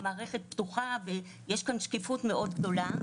זו מערכת פתוחה ויש כאן שקיפות מאוד גדולה.